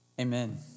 Amen